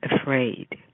afraid